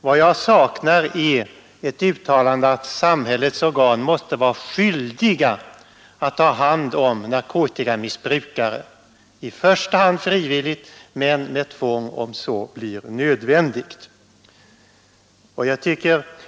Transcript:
Vad jag saknar är ett uttalande att samhällets organ måste vara skyldiga att ta öka använda frivillig vård, men visar det sig att hand om narkotikamissbrukare, i första hand frivilligt men med tvång om så blir nödvändigt.